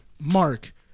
Mark